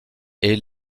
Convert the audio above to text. est